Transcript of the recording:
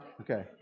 Okay